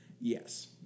Yes